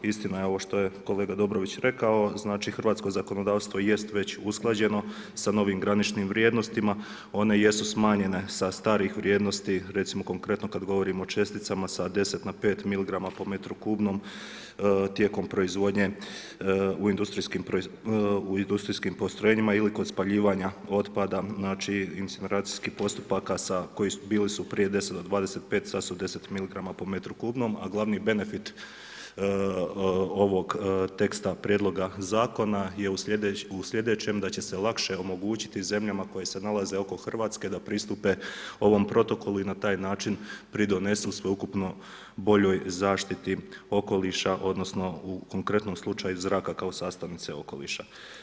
Istina je ovo što je kolega Dobrović rekao, znači hrvatsko zakonodavstvo jest već usklađeno sa novim graničnim vrijednostima, one jesu smanjenje sa starih vrijednosti, recimo konkretno kada govorimo o česticama sa 10 na pet miligrama po metru kubnom tijekom proizvodnje u industrijskim postrojenjima ili kod spaljivanja otpada znači … postupaka koji su bili prije 10 do 25, sada su 10 miligrama po metru kubnom, a glavni benefit ovog teksta prijedloga zakona je u sljedećem da će se lakše omogućiti zemljama koje se nalaze oko Hrvatske da pristupe ovom protokolu i na taj način pridonesu sveukupno boljoj zaštiti okoliša odnosno u konkretnom slučaju zraka kao sastavnice okoliša.